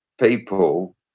People